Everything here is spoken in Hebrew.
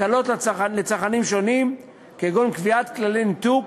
הקלות לצרכנים שונים, כגון קביעת כללי ניתוק,